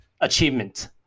Achievement